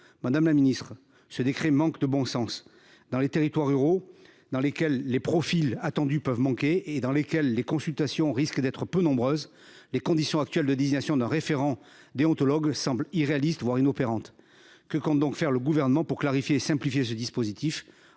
rédacteurs de ce décret manquent de bon sens. Dans les territoires ruraux, dans lesquels les profils attendus peuvent manquer et où les consultations risquent d'être peu nombreuses, les conditions actuelles de désignation d'un référent déontologue semblent irréalistes, voire inopérantes. Que compte donc faire le Gouvernement pour clarifier et simplifier ce dispositif-